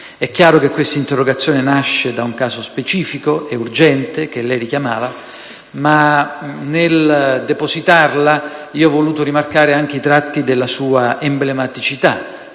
È chiaro che questa interrogazione nasce da un caso specifico e urgente, che lei richiamava, ma nel depositarla ho voluto rimarcare anche i tratti della sua emblematicità: